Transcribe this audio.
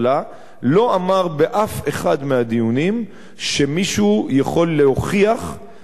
לא אמר באף אחד מהדיונים שמישהו יכול להוכיח שהמתיישבים,